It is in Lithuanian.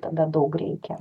tada daug reikia